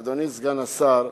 אדוני סגן השר,